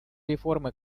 реформы